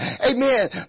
Amen